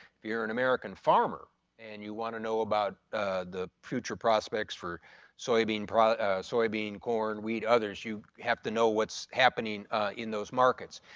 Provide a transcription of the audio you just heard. if you're an american farmer and you wanna know about the future prospects for soy bean soy bean, corn, wheat and others you have to know what's happening in those markets.